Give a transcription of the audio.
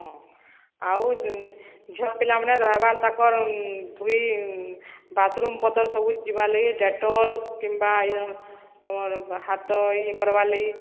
ହଁ ଆଉ ଝିଅ ପିଲାମାନେ ରହିବାର୍ ତାଙ୍କର ଫ୍ରି ବାଥରୁମ୍ ପତର ସବୁ ଯିବାର୍ ଲାଗି ଡେଟଲ୍ କିମ୍ବା ତୁମର ହାତ ଇଏ କରବାର୍ ଲାଗି